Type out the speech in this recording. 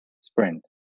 sprint